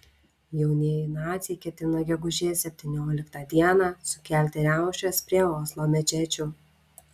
jaunieji naciai ketina gegužės septynioliktą dieną sukelti riaušes prie oslo mečečių